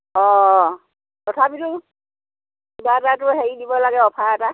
অ' তথাপিতো কিবা এটাটো হেৰি দিব লাগে অফাৰ এটা